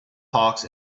hawks